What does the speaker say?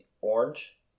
orange